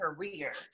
career